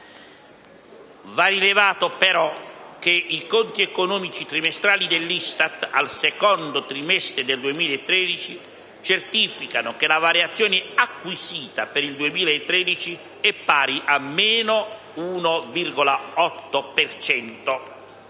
Va rilevato però che i conti economici trimestrali dell'ISTAT, al secondo trimestre 2013, certificano che la variazione acquisita per il 2013 è pari a -1,8